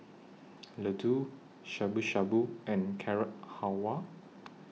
Ladoo Shabu Shabu and Carrot Halwa